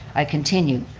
i continue,